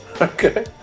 Okay